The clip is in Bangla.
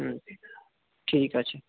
হুম ঠিক আছে